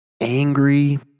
angry